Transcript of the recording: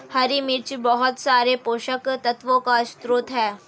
हरी मिर्च बहुत सारे पोषक तत्वों का स्रोत है